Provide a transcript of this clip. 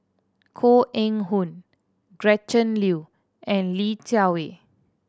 Koh Eng Hoon Gretchen Liu and Li Jiawei